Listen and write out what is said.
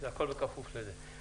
זה הכול בכפוף לזה.